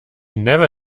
never